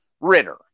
Ritter